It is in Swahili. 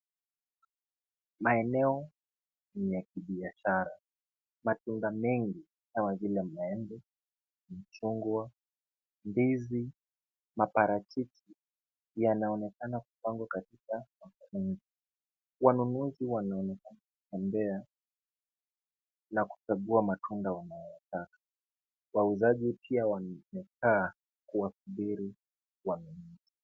Maeneo ni ya kibiashara. Matunda mengi kama vile maembe, machungwa, ndizi, maparachichi yanaonekana kupangwa katika makundi. Wanunuzi wanaonekana wakitembea na kuchagua matunda wanayoyataka. Wauzaji pia wamekaa kuwasubiri wanunuzi.